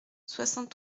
soixante